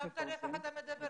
שמת לב איך אתה מדבר?